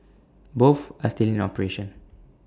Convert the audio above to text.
both are still in operation